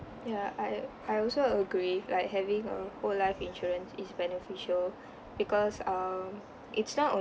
ya I I also agree like having a whole life insurance is beneficial because um it's not